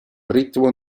ritmo